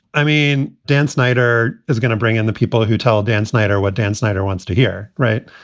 i mean, dan snyder is going to bring in the people who tell dan snyder what dan snyder wants to hear. right.